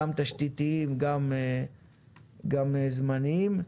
גם תשתיתיים, גם זמניים.